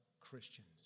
Christians